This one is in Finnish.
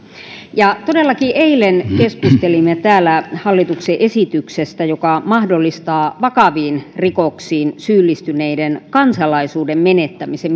todellakin eilen keskustelimme täällä hallituksen esityksestä joka mahdollistaa vakaviin rikoksiin syyllistyneiden kansalaisuuden menettämisen